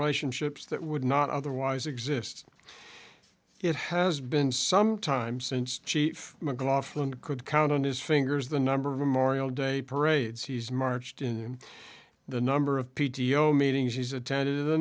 relationships that would not otherwise exist it has been some time since chief mclaughlin could count on his fingers the number of them oriel day parades he's marched in the number of p t o meetings he's attended